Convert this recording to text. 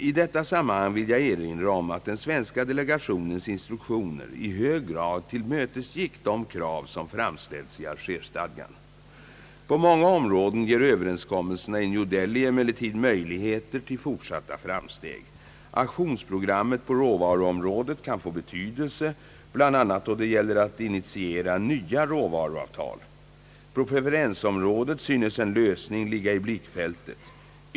I detta sammanhang vill jag erinra om att den svenska delegationens instruktioner i hög grad tillmötesgick de krav som framställts i Algerstadgan. På många områden ger överenskommelserna i New Delhi emellertid möjligheter till fortsatta framsteg. Aktionsprogrammet på råvaruområdet kan få betydelse bl.a. då det gäller att initiera nya råvaruavtal. På preferensområdet synes en lösning ligga i blickfältet.